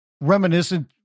reminiscent